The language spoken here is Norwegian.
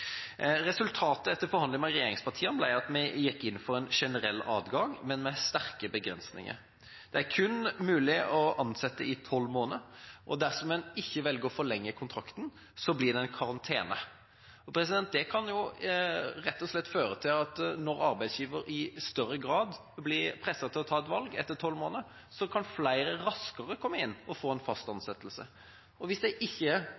Resultatet etter forhandlingene med regjeringspartiene ble at vi gikk inn for en generell adgang til midlertidig ansettelse, men med sterke begrensninger. Det er kun mulig å ansette i tolv måneder, og dersom en velger å ikke forlenge kontrakten, blir det en karantene. Det kan rett og slett føre til at når arbeidsgiver i større grad blir presset til å ta et valg etter tolv måneder, kan flere raskere komme inn og få en fast ansettelse. Og hvis de ikke ønsker å forlenge kontrakten, betyr det